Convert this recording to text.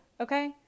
okay